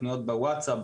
פניות בווצאפ,